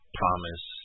promise